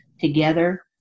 together